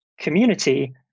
community